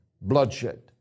bloodshed